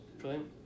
Brilliant